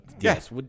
yes